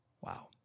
Wow